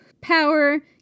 power